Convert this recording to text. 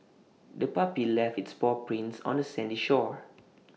the puppy left its paw prints on the sandy shore